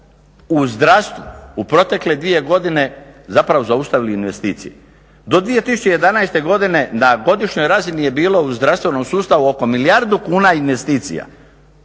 u zdravstvu u protekle dvije godine zapravo zaustavili investicije. Do 2011.godine na godišnjoj razini je bilo u zdravstvenom sustavu oko milijardu kuna investicija